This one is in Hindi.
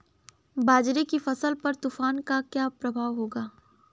बाजरे की फसल पर तूफान का क्या प्रभाव होगा?